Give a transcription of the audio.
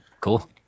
Cool